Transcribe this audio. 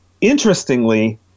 interestingly –